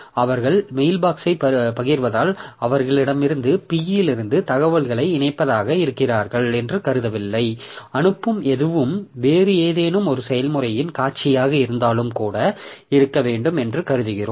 அவர்கள் மெயில்பாக்ஸ்யைப் பகிர்வதால் அவர்களிடமிருந்து P இலிருந்து தகவல்களை இணைப்பதாக இருக்கிறார்கள் என்று கருதவில்லை அனுப்பும் எதுவும் வேறு ஏதேனும் ஒரு செயல்முறையின் காட்சியாக இருந்தாலும் கூட இருக்க வேண்டும் என்று கருதுகிறோம்